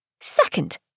Second